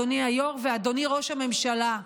אדוני היו"ר ואדוני ראש הממשלה,